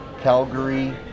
Calgary